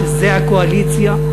שזו הקואליציה.